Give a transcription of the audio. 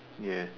ya